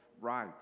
right